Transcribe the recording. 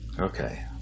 Okay